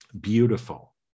beautiful